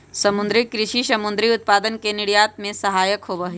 समुद्री कृषि समुद्री उत्पादन के निर्यात में सहायक होबा हई